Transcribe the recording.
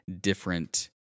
different